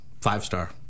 five-star